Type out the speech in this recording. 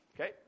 Okay